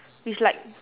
it's like